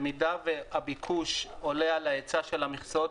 במידה והביקוש עולה על ההיצע של המכסות,